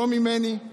לא ממני: